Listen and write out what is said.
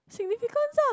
significance lah